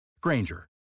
Granger